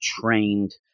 trained